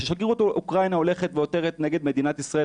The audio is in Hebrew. כששגרירות אוקראינה הולכת ועותרת נגד מדינת ישראל